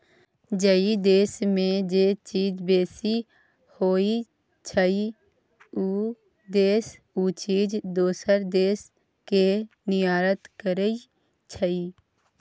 जइ देस में जे चीज बेसी होइ छइ, उ देस उ चीज दोसर देस के निर्यात करइ छइ